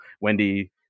Wendy